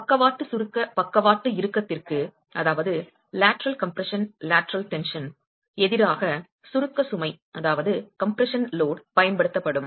பக்கவாட்டு சுருக்க பக்கவாட்டு இறுக்கத்திற்கு எதிராக சுருக்க சுமை பயன்படுத்தப்படும்